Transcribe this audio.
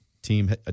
team